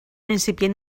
incipient